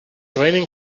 raining